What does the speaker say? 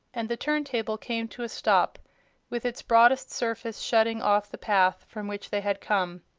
and the turn-table came to a stop with its broadest surface shutting off the path from which they had come.